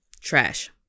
Trash